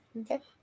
Okay